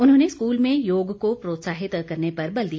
उन्होंने स्कूल में योग को प्रोत्साहित करने पर बल दिया